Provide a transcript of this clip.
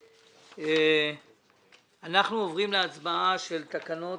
אנחנו עוברים להצבעה על תקנות